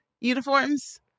uniforms